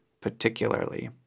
particularly